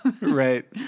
Right